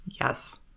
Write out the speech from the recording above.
Yes